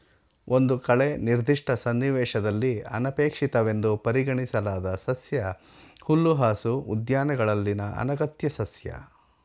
ಒಂದು ಕಳೆ ನಿರ್ದಿಷ್ಟ ಸನ್ನಿವೇಶದಲ್ಲಿ ಅನಪೇಕ್ಷಿತವೆಂದು ಪರಿಗಣಿಸಲಾದ ಸಸ್ಯ ಹುಲ್ಲುಹಾಸು ಉದ್ಯಾನಗಳಲ್ಲಿನ ಅನಗತ್ಯ ಸಸ್ಯ